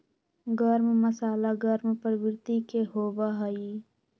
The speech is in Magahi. गर्म मसाला गर्म प्रवृत्ति के होबा हई